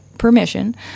permission